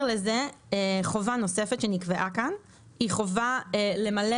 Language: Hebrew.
חובה נוספת שנקבעה כאן היא חובה למלא